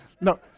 no